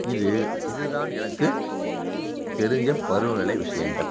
இது இதுதான் எனக்கு தெரிஞ்ச பருவநிலை விஷயங்கள்